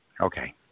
Okay